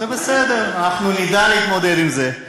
זה בסדר, אנחנו נדע להתמודד עם זה.